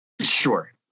Sure